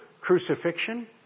crucifixion